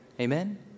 Amen